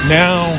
now